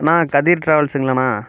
Anna Kathir ட்ராவல்ஸுங்களாணா